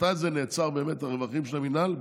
מתי זה נעצר באמת, הרווחים של המינהל?